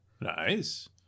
nice